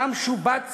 ושם שובץ